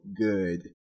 good